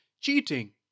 cheating